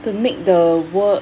to make the work